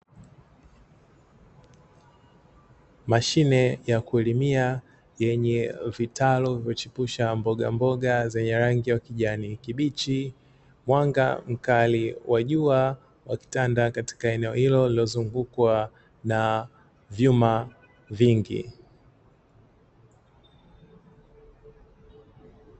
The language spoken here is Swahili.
Mashine ya kulimia yenye vitalu vya kuchepusha mbogamboga zenye rangi ya kijani kibichi, mwanga mkali wa jua ukitanda katika eneo hilo lililozungukwa na vyuma vingi.